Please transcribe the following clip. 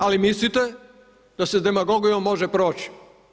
Ali mislite da se s demagogijom može proći.